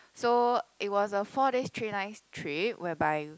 so it was a four days three nights trip whereby